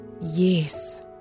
Yes